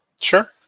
Sure